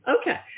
Okay